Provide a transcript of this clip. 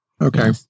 Okay